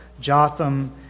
Jotham